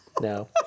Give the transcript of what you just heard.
No